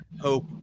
hope